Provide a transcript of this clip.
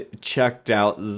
checked-out